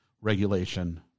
regulation